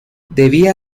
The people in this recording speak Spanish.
debía